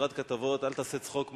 אל תעשה צחוק מההתנתקות,